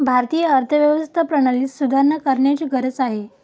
भारतीय अर्थव्यवस्था प्रणालीत सुधारणा करण्याची गरज आहे